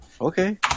Okay